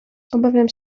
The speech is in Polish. obawiam